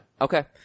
Okay